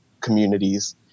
communities